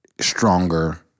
stronger